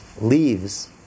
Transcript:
leaves